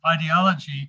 ideology